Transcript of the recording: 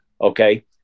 okay